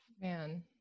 man